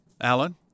Alan